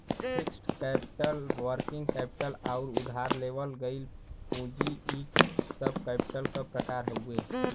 fixed capital working capital आउर उधार लेवल गइल पूंजी इ सब कैपिटल क प्रकार हउवे